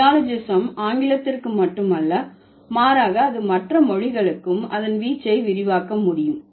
neologism ஆங்கிலத்திற்கு மட்டும் அல்ல மாறாக அது மற்ற மொழிகளுக்கும் அதன் வீச்சை விரிவாக்க முடியும்